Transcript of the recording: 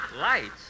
Lights